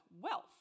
wealth